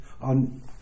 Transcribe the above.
on